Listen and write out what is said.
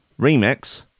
Remix